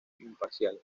imparcial